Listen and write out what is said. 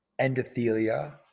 endothelia